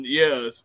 yes